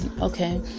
okay